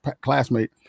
classmate